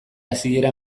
hasiera